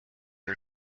are